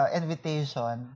invitation